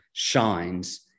shines